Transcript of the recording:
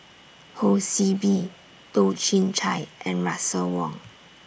Ho See Beng Toh Chin Chye and Russel Wong